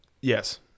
Yes